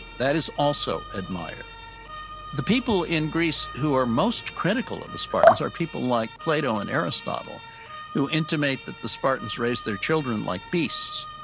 that is also admired the people in greece who are most critical of the spartans are people like plato and aristotle who intimate that the spartans raised their children like beasts.